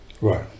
right